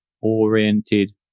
oriented